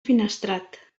finestrat